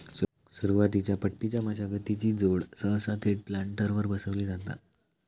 सुरुवातीच्या पट्टीच्या मशागतीची जोड सहसा थेट प्लांटरवर बसवली जाता